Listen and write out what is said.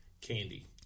candy